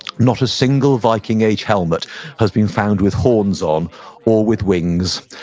not a single viking-age helmet has been found with horns on or with wings.